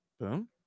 boom